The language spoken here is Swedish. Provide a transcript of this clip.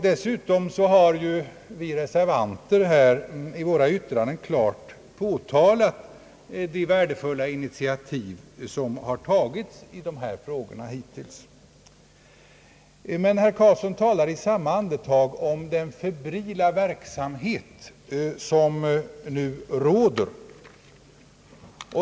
Dessutom har vi reservanter i vårt yttrande klart påpekat de värdefulla initiativ som hittills tagits i dessa frågor. Herr Karlsson talar i samma andetag om den febrila verksamhet som nu pågår.